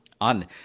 on